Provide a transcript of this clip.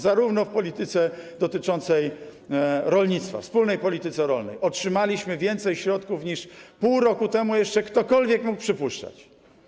Zarówno w polityce dotyczącej rolnictwa, wspólnej polityce rolnej, otrzymaliśmy więcej środków niż pół roku temu jeszcze ktokolwiek mógł przypuszczać.